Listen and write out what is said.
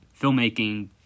filmmaking